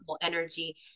energy